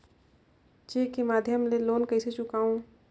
Cheque के माध्यम ले लोन कइसे चुकांव?